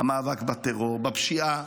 המאבק בטרור, בפשיעה,